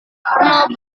pernah